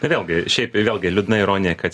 tai vėlgi šiaip vėlgi liūdna ironija kad